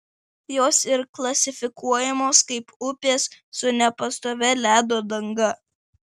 jos ir klasifikuojamos kaip upės su nepastovia ledo danga